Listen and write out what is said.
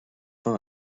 fin